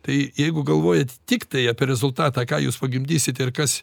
tai jeigu galvojat tiktai apie rezultatą ką jūs pagimdysit ir kas